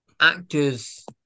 actors